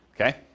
okay